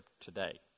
today